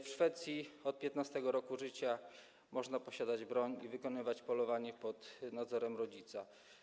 W Szwecji od 15. roku życia można posiadać broń i wykonywać polowanie pod nadzorem rodzica.